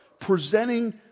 presenting